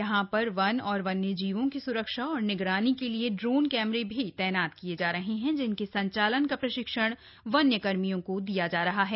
यहां पर वन और वन्यजीवों की स्रक्षा और निगरानी के लिए ड्रोन कैमरे भी तैनात किए जा रहे हैं जिनके संचालन का प्रशिक्षण वन्य कर्मियों को दिया जा रहा है